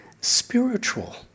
spiritual